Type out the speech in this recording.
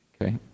Okay